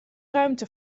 ruimte